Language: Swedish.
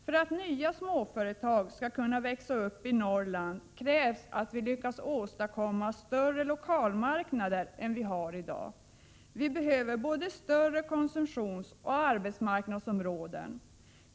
För att nya småföretag skall kunna växa upp i Norrland krävs att vi lyckas åstadkomma större lokalmarknader än vad vi har i dag. Vi behöver både större konsumtionsområden och större arbetsmarknadsområden.